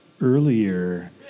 earlier